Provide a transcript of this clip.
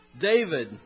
David